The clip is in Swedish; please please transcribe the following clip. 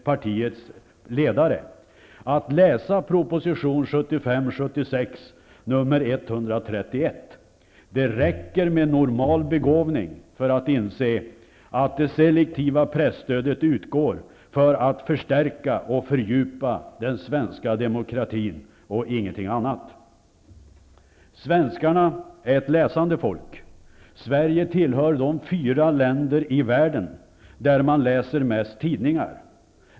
partiets ledare att läsa proposition 1975/76:131. Det räcker med normal begåvning för att inse att det selektiva presstödet utgår för att förstärka och fördjupa den svenska demokratin, och ingenting annat. Svenskarna är ett läsande folk. Sverige tillhör de fyra länder i världen där man läser mest tidningar.